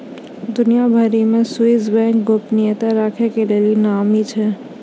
दुनिया भरि मे स्वीश बैंक गोपनीयता राखै के लेली नामी छै